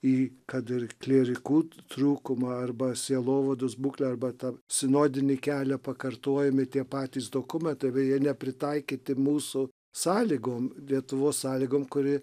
į kad ir klierikų trūkumą arba sielovados būklę arba tą sinodinį kelią pakartojami tie patys dokumentai beje nepritaikyti mūsų sąlygom lietuvos sąlygom kuri